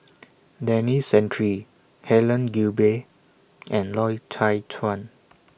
Denis Santry Helen Gilbey and Loy Chye Chuan